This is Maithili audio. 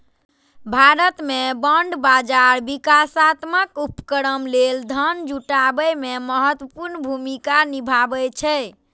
भारत मे बांड बाजार विकासात्मक उपक्रम लेल धन जुटाबै मे महत्वपूर्ण भूमिका निभाबै छै